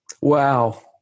Wow